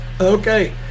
okay